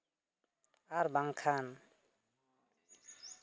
ᱟᱨ ᱵᱟᱝᱠᱷᱟᱱ